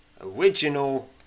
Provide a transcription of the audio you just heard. original